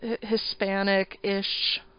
Hispanic-ish